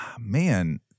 man